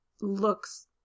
looks